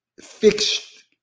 fixed